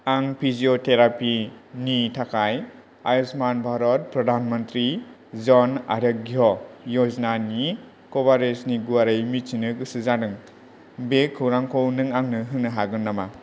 आं physiotherapy नि थाखाय आयुष्मान भारत प्रधान मन्त्रि जन आर'ग्यनि कभारेजनि गुवारै मिथिनो गोसो जादों बे खौरांखौ नों आंनो होनो हागोन नामा